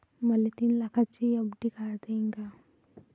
मले तीन लाखाची एफ.डी काढता येईन का?